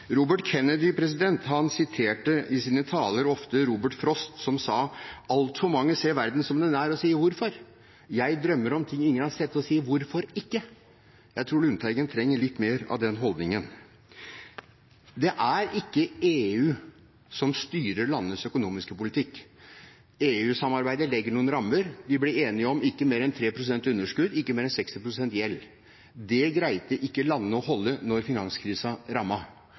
Robert Kennedy siterte i sine taler ofte Robert Frost, som sa: Altfor mange ser verden som den er, og sier: Hvorfor? Jeg drømmer om ting ingen har sett, og sier: Hvorfor ikke? Jeg tror Lundteigen trenger litt mer av den holdningen. Det er ikke EU som styrer landenes økonomiske politikk. EU-samarbeidet legger noen rammer. De ble enige om ikke mer enn 3 pst. underskudd, ikke mer enn 60 pst. gjeld. Det greide ikke landene å holde